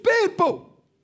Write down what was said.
people